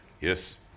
Yes